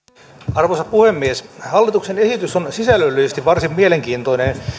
arvoisa puhemies hallituksen esitys on sisällöllisesti varsin mielenkiintoinen